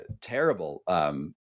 terrible